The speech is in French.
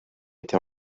été